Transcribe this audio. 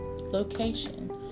location